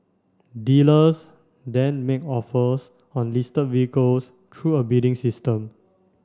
dealers then make offers on listed vehicles through a bidding system